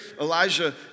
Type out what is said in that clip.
Elijah